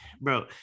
Bro